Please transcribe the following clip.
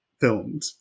filmed